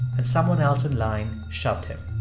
and someone else in line shoved him.